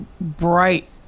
bright